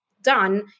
done